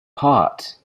part